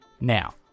Now